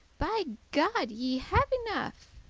by god ye have enough